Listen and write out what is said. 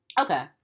Okay